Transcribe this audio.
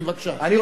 הכנסת,